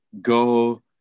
go